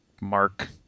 mark